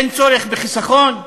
אין צורך בחיסכון?